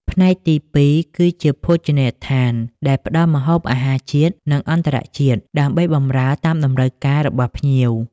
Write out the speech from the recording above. ផ្នែកទីពីរគឺជា ភោជនីយដ្ឋាន ដែលផ្តល់ម្ហូបអាហារជាតិ និងអន្ដរជាតិ ដើម្បីបម្រើតាមតម្រូវការរបស់ភ្ញៀវ។